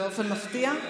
באופן מפתיע,